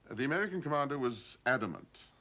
and the american commander was adamant.